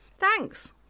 thanks